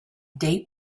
date